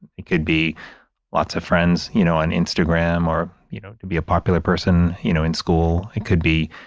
it could be lots of friends, you know, on instagram or, you know, to be a popular person, you know, in school. it could be,